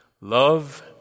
Love